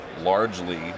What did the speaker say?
largely